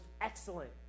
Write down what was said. excellent